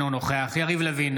אינו נוכח יריב לוין,